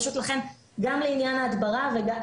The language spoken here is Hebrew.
לכן גם לעניין ההדברה וגם